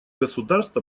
государств